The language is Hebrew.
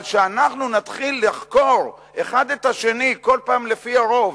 אבל שאנחנו נתחיל לחקור אחד את השני כל פעם לפי הרוב,